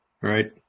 right